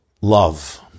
love